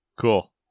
Cool